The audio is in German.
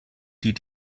die